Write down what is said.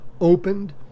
opened